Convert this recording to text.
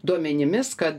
duomenimis kad